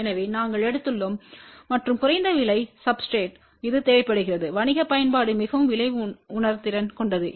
எனவே நாங்கள் எடுத்துள்ளோம் மற்றும் குறைந்த விலை சப்ஸ்டிரேட்று இது தேவைப்படுகிறது வணிக பயன்பாடு மிகவும் விலை உணர்திறன் கொண்டது